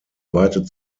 weitet